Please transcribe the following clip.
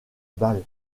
bâle